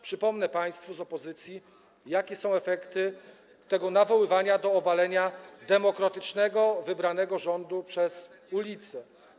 Przypomnę państwu z opozycji, jakie są efekty tego nawoływania do obalenia demokratycznie wybranego rządu przez ulicę.